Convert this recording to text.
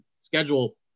schedule